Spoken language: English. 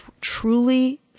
truly